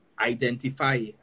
identify